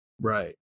Right